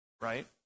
Right